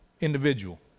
individual